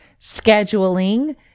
scheduling